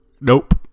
Nope